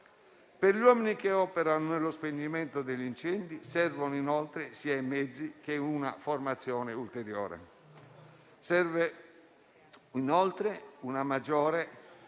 Per gli uomini che operano nello spegnimento degli incendi servono sia i mezzi sia una formazione ulteriore. Serve inoltre un maggiore